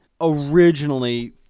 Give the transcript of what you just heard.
Originally